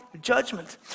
judgment